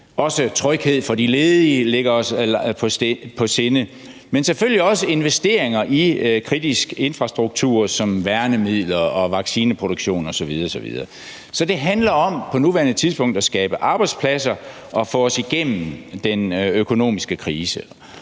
tryghed for de ledige ligger os på sinde, men selvfølgelig også investeringer i kritisk infrastruktur som værnemidler og vaccineproduktion osv. osv. Så det handler om på nuværende tidspunkt at skabe arbejdspladser og få os igennem den økonomiske krise.